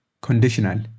Conditional